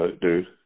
dude